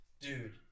dude